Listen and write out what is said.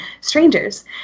strangers